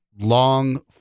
long